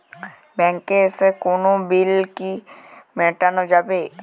ব্যাংকে এসে কোনো বিল কি মেটানো যাবে?